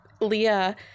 leah